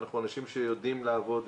ואנחנו אנשים שיודעים לעבוד,